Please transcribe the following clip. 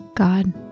God